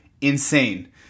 insane